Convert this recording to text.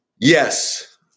Yes